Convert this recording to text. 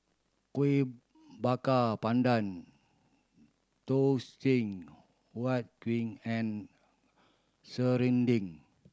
Kuih Bakar Pandan Huat Kueh and serunding